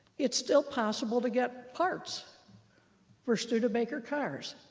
it's still possible to get parts for studebaker cars.